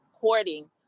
courting